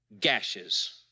gashes